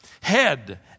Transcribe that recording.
head